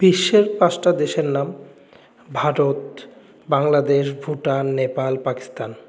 বিশ্বের পাঁসটা দেশের নাম ভারত বাংলাদেশ ভুটান নেপাল পাকিস্তান